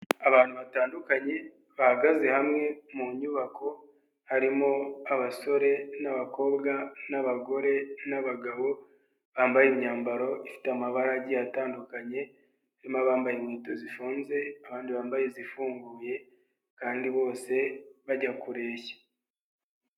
Abantu batandukanye bahagaze hamwe mu nyubako, harimo abasore n'abakobwa n'abagore n'abagabo, bambaye imyambaro ifite amabara agiye atandukanye, harimo abambaye inkweto zifunze, abandi bambaye izifunguye kandi bose bajya kureshya.